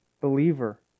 Believer